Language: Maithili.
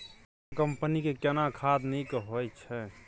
केना कंपनी के केना खाद नीक होय छै?